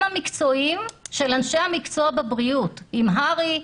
המקצועיים של אנשי המקצוע בבריאות: עם הר"י,